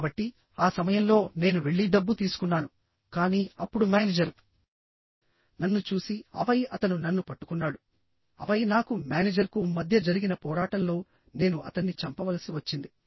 కాబట్టి ఆ సమయంలో నేను వెళ్లి డబ్బు తీసుకున్నాను కానీ అప్పుడు మేనేజర్ నన్ను చూసిఆపై అతను నన్ను పట్టుకున్నాడు ఆపై నాకు మేనేజర్కు మధ్య జరిగిన పోరాటంలో నేను అతన్ని చంపవలసి వచ్చింది